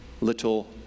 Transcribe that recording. little